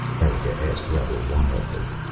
erika asked, rather wildly.